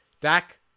Dak